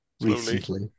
recently